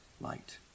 light